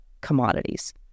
commodities